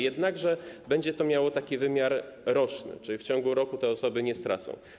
Jednakże będzie to miało wymiar roczny, czyli w ciągu roku te osoby nie stracą.